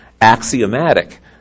axiomatic